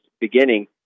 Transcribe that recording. beginning